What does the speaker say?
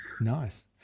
Nice